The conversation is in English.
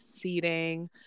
seating